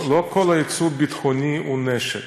לא כל היצוא הביטחוני הוא נשק.